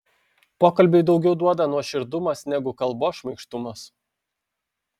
pokalbiui daugiau duoda nuoširdumas negu kalbos šmaikštumas